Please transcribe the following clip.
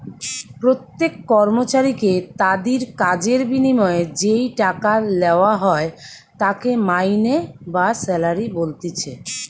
প্রত্যেক কর্মচারীকে তাদির কাজের বিনিময়ে যেই টাকা লেওয়া হয় তাকে মাইনে বা স্যালারি বলতিছে